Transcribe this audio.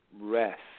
rest